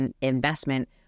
investment